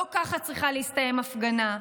לא כך צריכה להסתיים הפגנה.